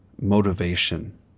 motivation